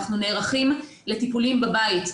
אנחנו נערכים לטיפולים בבית.